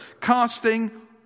Casting